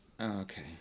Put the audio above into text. okay